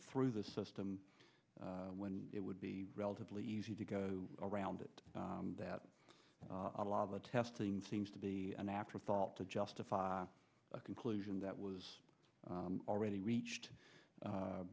through the system when it would be relatively easy to go around it that a lot of the testing seems to be an afterthought to justify a conclusion that was already reached